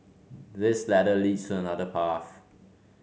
this ladder leads to another path